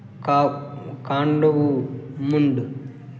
का कांडूमुंड